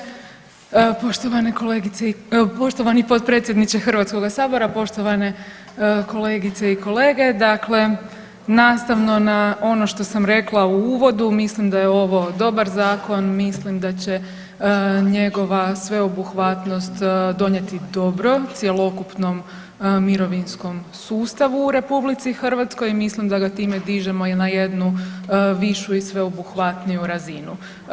Poštovane kolegice i, poštovani potpredsjedniče Hrvatskog sabora, poštovane kolegice i kolege, dakle nastavno na ono što sam rekla u uvodu, mislim da je ovo dobar zakon, mislim da će njegova sveobuhvatnost donijeti dobro cjelokupnom mirovinskom sustavu u RH i mislim da ga time dižemo i na jednu višu i sveobuhvatniju razinu.